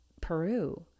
Peru